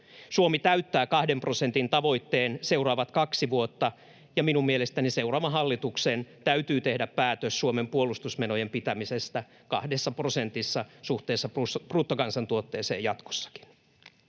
Suomi täyttää kahden prosentin tavoitteen seuraavat kaksi vuotta, ja minun mielestäni seuraavan hallituksen täytyy tehdä päätös Suomen puolustusmenojen pitämisestä kahdessa prosentissa suhteessa bruttokansantuotteeseen jatkossakin.